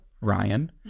ryan